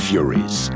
Furies